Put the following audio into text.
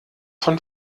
von